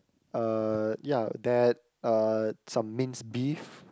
uh ya that uh some minced beef